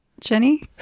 Jenny